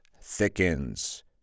thickens